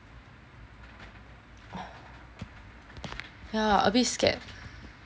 yeah a bit scared